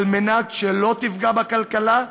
על מנת שזה לא יפגע בכלכלה,